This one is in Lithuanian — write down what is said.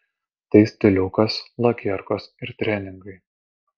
tai stiliukas lakierkos ir treningai